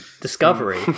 discovery